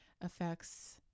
affects